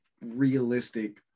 realistic